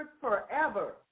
forever